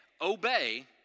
obey